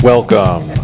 Welcome